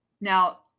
Now